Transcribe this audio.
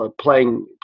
playing